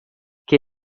che